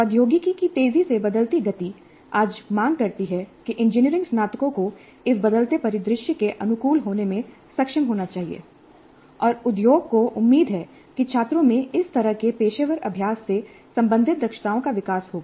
प्रौद्योगिकी की तेजी से बदलती गति आज मांग करती है कि इंजीनियरिंग स्नातकों को इस बदलते परिदृश्य के अनुकूल होने में सक्षम होना चाहिए और उद्योग को उम्मीद है कि छात्रों में इस तरह के पेशेवर अभ्यास से संबंधित दक्षताओं का विकास होगा